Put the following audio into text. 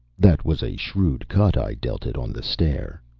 that was a shrewd cut i dealt it on the stair.